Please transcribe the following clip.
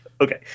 okay